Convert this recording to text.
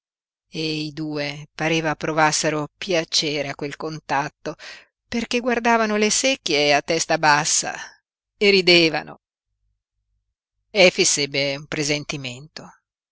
e i due pareva provassero piacere a quel contatto perché guardavano le secchie a testa bassa e ridevano efix ebbe un presentimento